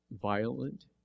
violent